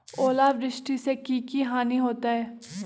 ओलावृष्टि से की की हानि होतै?